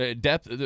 depth